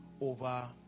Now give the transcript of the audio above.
over